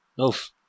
Oof